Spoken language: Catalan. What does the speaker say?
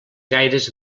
gaires